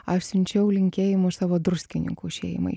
aš siunčiau linkėjimus savo druskininkų šeimai